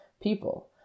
people